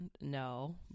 no